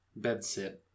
bedsit